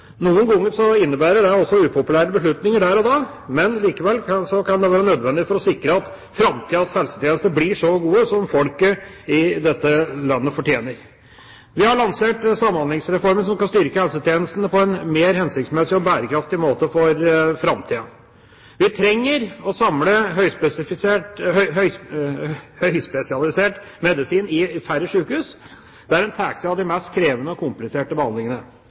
Noen ganger innebærer det upopulære beslutninger der og da, men likevel kan det være nødvendig for å sikre at framtidens helsetjenester blir så gode som folket i dette landet fortjener. Vi har lansert Samhandlingsreformen, som skal styrke helsetjenestene på en mer hensiktsmessig og bærekraftig måte for framtiden. Vi trenger å samle høyspesialisert medisin i færre sykehus, der man tar seg av de mest krevende og kompliserte behandlingene.